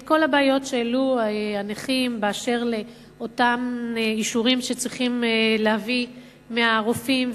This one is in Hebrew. כל הבעיות שהעלו הנכים באשר לאותם אישורים שהם צריכים להביא מהרופאים,